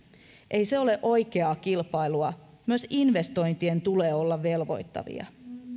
ei se ole oikeaa kilpailua myös investointien tulee olla velvoittavia